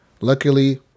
Luckily